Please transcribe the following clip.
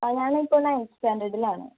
അത് ഞാൻ ഇപ്പോൾ നയൻത്ത് സ്റ്റാൻഡേർഡിലാണ്